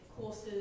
courses